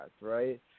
right